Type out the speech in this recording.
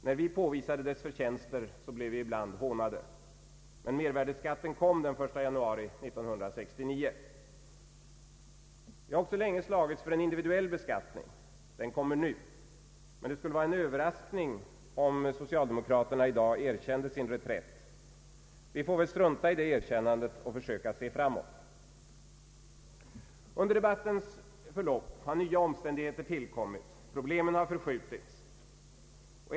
När vi påvisade dess förtjänster blev vi ibland hånade. Men mervärdeskatten kom den 1 januari 1969. Vi har också länge slagits för en individuell beskattning. Den kommer nu. Men det skulle vara en överraskning om socialdemokraterna i dag erkände sin reträtt. Vi får väl strunta i det erkännandet och försöka se framåt. Under debattens förlopp har nya omständigheter tillkommit, problemen har förskjutits, nya tillkommit.